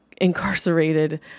incarcerated